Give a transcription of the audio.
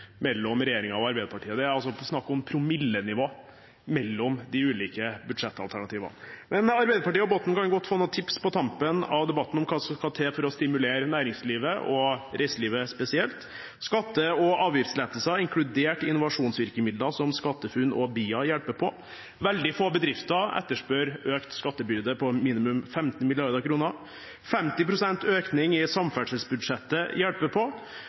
mellom regjeringen og Arbeiderpartiet – det er snakk om promillenivå mellom de ulike budsjettalternativene. Men Arbeiderpartiet og Botten kan godt få noen tips på tampen av debatten om hva som skal til for å stimulere næringslivet og reiselivet spesielt: Skatte- og avgiftslettelser, inkludert innovasjonsvirkemidler som SkatteFUNN og BIA, hjelper på. Veldig få bedrifter etterspør økt skattebyrde på minimum 15 mrd. kr. 50 pst. økning i samferdselsbudsjettet hjelper på. Satsing på kompetanse, utdanning, FoU og innovasjon hjelper på